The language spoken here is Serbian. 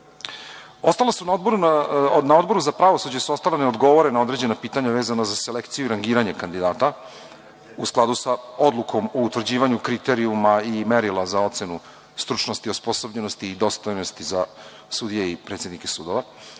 na Odboru za pravosuđe neodgovorena određena pitanja vezana za selekciju i rangiranje kandidata u skladu sa odlukom o utvrđivanju kriterijuma i merila za ocenu stručnosti, osposobljenosti i dostojnosti za sudije i predsednike sudova.